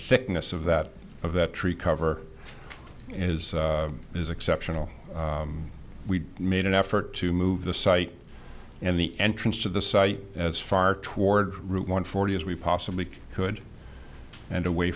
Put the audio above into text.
ness of that of that tree cover is is exceptional we made an effort to move the site and the entrance to the site as far toward route one forty as we possibly could and away